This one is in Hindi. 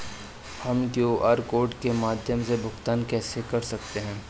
हम क्यू.आर कोड के माध्यम से भुगतान कैसे कर सकते हैं?